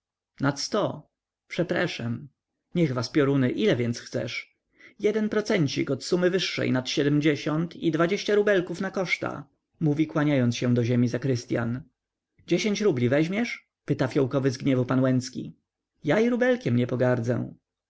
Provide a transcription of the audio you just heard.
nad sto przepreszem niech was pioruny więc ile chcesz jeden procencik od sumy wyższej nad siedmdziesiąt i dwadzieścia rubelków na koszta mówi kłaniając się do ziemi zakrystyan dziesięć rubli weźmiesz pyta fijołkowy z gniewu pan łęcki ja i rubelkiem nie pogardzę